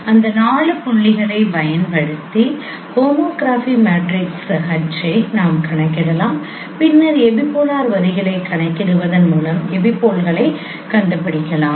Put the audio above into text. எனவே அந்த 4 புள்ளிகளைப் பயன்படுத்தி ஹோமோகிராபி மேட்ரிக்ஸ் H ஐ நாம் கணக்கிடலாம் பின்னர் எபிபோலார் வரிகளை கணக்கிடுவதன் மூலம் எபிபோல்களைக் கண்டுபிடிக்கலாம்